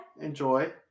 Enjoy